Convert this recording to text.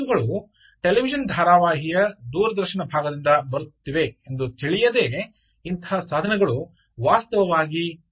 ಮಾತುಗಳು ಟೆಲಿವಿಷನ್ ಧಾರಾವಾಹಿಯ ದೂರದರ್ಶನ ಭಾಗದಿಂದ ಬರುತ್ತಿದೆ ಎಂದು ತಿಳಿಯದೆ ಇಂತಹ ಸಾಧನಗಳು ವಾಸ್ತವವಾಗಿ ಪೊಲೀಸರನ್ನು ಕರೆಯ ಬಹುದು